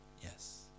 Yes